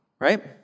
right